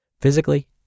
physically